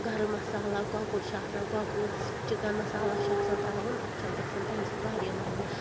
گرٕم مسالا کۄکُر چھُ آسان گۄکہ چِکَن مسالا چھُ آسان ترٛاوُن اَتھ چھُ گژھان تَمہِ سۭتۍ واریاہ مَزٕ